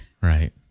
Right